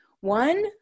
One